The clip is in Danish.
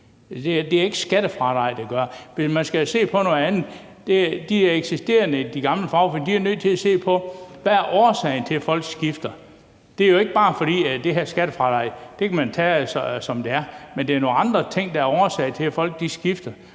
se på noget andet. De eksisterende gamle fagforeninger er nødt til at se på: Hvad er årsagen til, at folk skifter? Det er jo ikke bare på grund af det her skattefradrag. Det kan man tage, som det er. Men det er nogle andre ting, der er årsag til, at folk skifter,